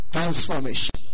Transformation